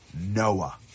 Noah